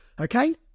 Okay